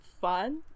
fun